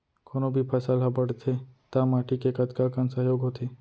कोनो भी फसल हा बड़थे ता माटी के कतका कन सहयोग होथे?